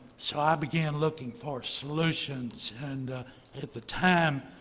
so i began looking for solutions. and at the time,